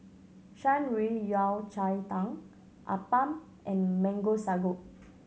Shan Rui Yao Cai Tang appam and Mango Sago